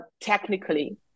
technically